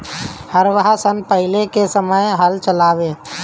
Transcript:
हरवाह सन पहिले के समय हल चलावें